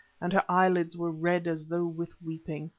and her eyelids were red as though with weeping.